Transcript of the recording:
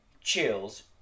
chills